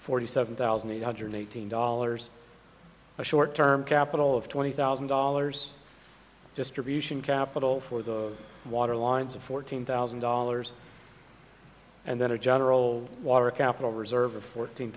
forty seven thousand eight hundred eighteen dollars a short term capital of twenty thousand dollars distribution capital for the water lines of fourteen thousand dollars and then a general water capital reserve of fourteen